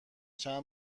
چند